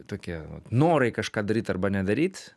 tokie norai kažką daryt arba nedaryt